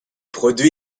produit